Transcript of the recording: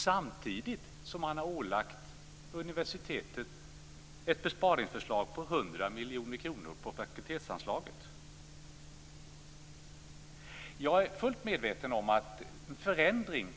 Samtidigt att man ålagt universiteten besparingar om Jag är fullt medveten om att förändring